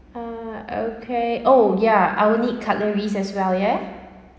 ah okay oh ya I'll need cutleries as well ya